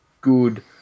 good